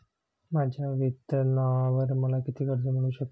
माझ्या वेतनावर मला किती कर्ज मिळू शकते?